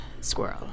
squirrel